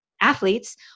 athletes